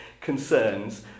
concerns